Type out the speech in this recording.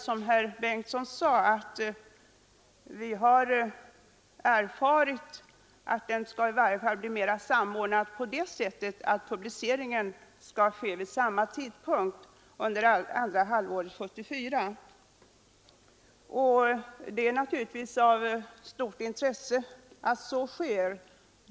Som herr Bengtsson sade har vi erfarit att den i varje fall skall bli mer samordnad på det sättet att publiceringen av allt material skall göras vid samma tidpunkt under andra halvåret 1974. Det är naturligtvis av stort intresse att så sker.